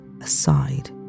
aside